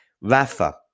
Rafa